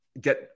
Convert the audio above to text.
get